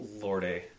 Lordy